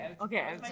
Okay